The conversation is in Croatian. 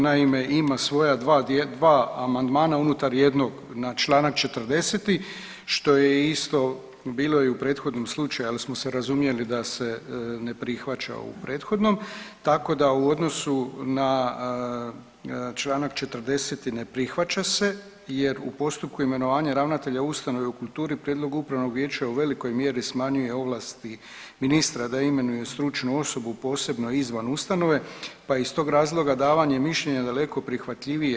Naime, ima svoja dva amandmana unutar jednog na članak 40. što je isto bilo i u prethodnom slučaju ali smo se razumjeli da se ne prihvaća u prethodnom, tako da u odnosu na članak 40. ne prihvaća se jer u postupku imenovanja ravnatelja ustanove u kulturi prijedlog Upravnog vijeća u velikoj mjeri smanjuje ovlasti ministra da imenuju stručnu osobu posebno izvan ustanove, pa je iz tog razloga davanje mišljenja daleko prihvatljivije.